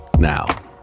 Now